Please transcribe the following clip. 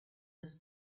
this